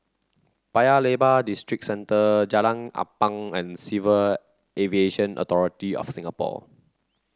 Paya Lebar Districentre Jalan Ampang and Civil Aviation Authority of Singapore